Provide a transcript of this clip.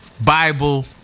Bible